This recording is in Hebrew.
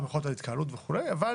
גם על ההתקהלות וכולי, אבל